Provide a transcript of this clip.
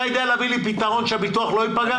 אתה יודע להביא לי פתרון שהביטוח לא ייפגע?